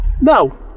no